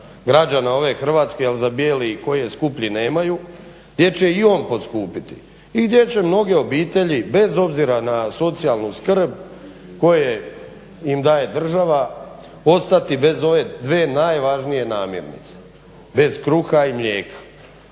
građana ove Hrvatske jer za bijeli i koji je skuplji nemaju, gdje će i on poskupiti i gdje će mnoge obitelji bez obzira na socijalnu skrb koje im daje država ostati bez ove dvije najvažnije namirnice, bez kruha i mlijeka.